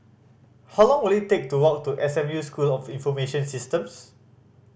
how long will it take to walk to S M U School of Information Systems